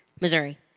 Missouri